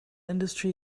industry